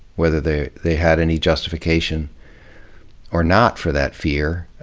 whether they they had any justification or not for that fear.